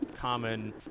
common